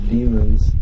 demons